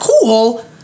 Cool